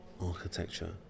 architecture